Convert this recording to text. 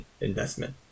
investment